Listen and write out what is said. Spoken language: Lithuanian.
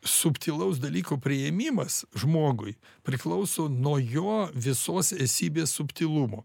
subtilaus dalyko priėmimas žmogui priklauso nuo jo visos esybės subtilumo